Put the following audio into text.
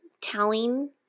telling